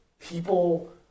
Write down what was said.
people